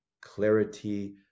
clarity